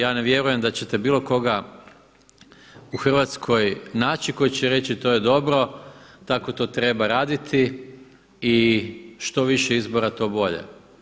Ja ne vjerujem da ćete bilo koga u Hrvatskoj naći koji će reći to je dobro, tako to treba raditi i što više izbora to bolje.